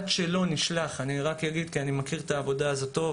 עד שלא נשלח בפועל אני מכיר את העבודה הזאת טוב,